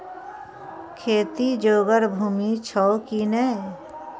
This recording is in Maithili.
खेती जोगर भूमि छौ की नै?